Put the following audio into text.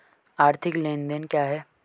आर्थिक लेनदेन क्या है?